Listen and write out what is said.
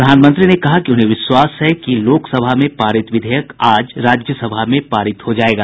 प्रधानमंत्री ने कहा कि उन्हें विश्वास है कि लोकसभा में पारित विधेयक आज राज्यसभा में भी पारित हो जायेगा